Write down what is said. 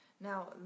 Now